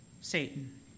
Satan